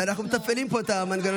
אנחנו מתפעלים פה את המנגנונים.